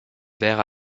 verts